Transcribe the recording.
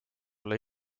olla